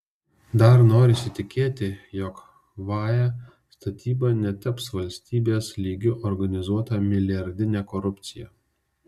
dar norisi tikėti jog vae statyba netaps valstybės lygiu organizuota milijardine korupcija